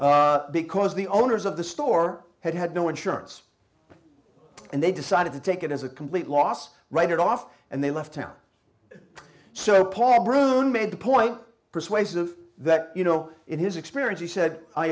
because the owners of the store had had no insurance and they decided to take it as a complete loss right off and they left town so paul broun made the point persuasive that you know in his experience he said i